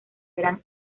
gran